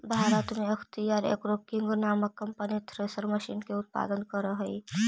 भारत में Akhtiyar agro king नामक company thresher machine के उत्पादन करऽ हई